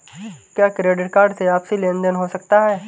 क्या credit card से आपसी लेनदेन हो सकता है?